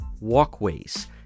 walkways